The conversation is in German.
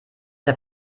der